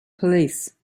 police